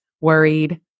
worried